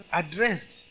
addressed